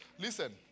Listen